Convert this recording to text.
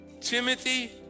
Timothy